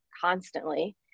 constantly